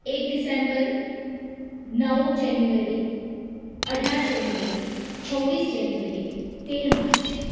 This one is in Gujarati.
એક ડિસેમ્બર નવ જેન્યુઅરી અઢાર જેન્યુઅરી છવ્વીસ જેન્યુઅરી તેર માર્ચ